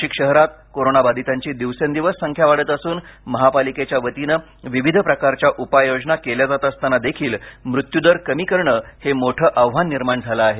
नाशिक शहरात कोरोना बाधितांची दिवसेंदिवस संख्या वाढत असून महापालिकेच्या वतीने विविध प्रकारच्या उपाययोजना केल्या जात असताना देखील मृत्यूदर कमी करणं हे मोठं आव्हान निर्माण झाले आहे